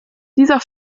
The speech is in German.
dieser